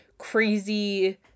crazy